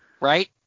right